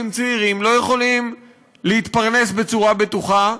צעירים לא יכולים להתפרנס בצורה בטוחה,